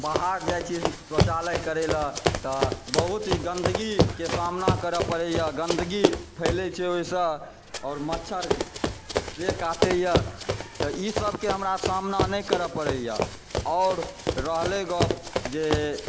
बाहर जाइ छी शौचालय करै लए तऽ बहुत ही गन्दगीके सामना करै पड़ैए गन्दगी फैलै छै ओहिसँ आओर मच्छर से काटैए तऽ ई सबके सामना हमरा नहि करै पड़ैए आओर रहलै गप जे